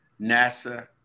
NASA